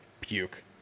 Puke